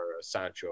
Sancho